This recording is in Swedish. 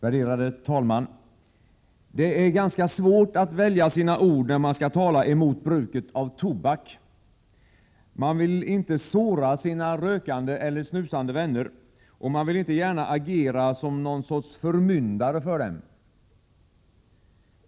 Fru talman! Det är ganska svårt att välja sina ord, när man skall tala emot bruket av tobak. Man vill inte såra sina rökande eller snusande vänner, och man vill inte gärna agera som någon sorts förmyndare för dem.